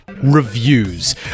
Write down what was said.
reviews